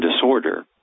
disorder